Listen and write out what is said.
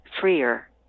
freer